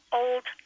old